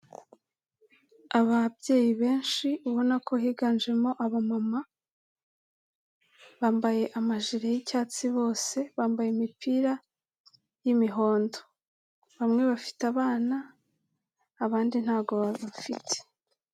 Ababyeyi benshi ubona ko higanjemo abamama, bambaye amajire y'icyatsi, bose bambaye imipira y'imihondo, bamwe bafite abana abandi ntabwo babafite.